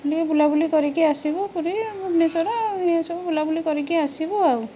ହଁ ଟିକେ ବୁଲାବୁଲି କରିକି ଆସିବୁ ପୁରୀ ଭୁବନେଶ୍ୱର ଏ ସବୁ ବୁଲାବୁଲି କରିକି ଆସିବୁ ଆଉ